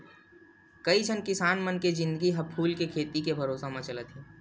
कइझन किसान मन के जिनगी ह फूल के खेती के भरोसा म चलत हे